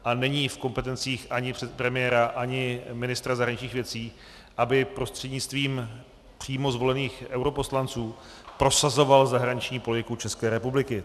A není v kompetencích ani premiéra, ani ministra zahraničních věcí, aby prostřednictvím přímo zvolených europoslanců prosazoval zahraniční politiku České republiky.